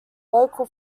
local